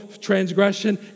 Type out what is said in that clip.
transgression